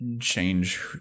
change